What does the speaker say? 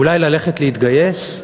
אולי ללכת להתגייס?